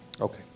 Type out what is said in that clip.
Okay